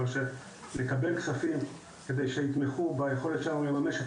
אבל לקבל כספים כדי שיתמכו ביכולת שלנו לממש את